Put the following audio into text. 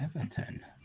Everton